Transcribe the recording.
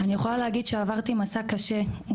אני יכולה להגיד שעברתי מסע קשה, מתיש,